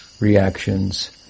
reactions